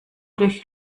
durch